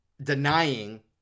denying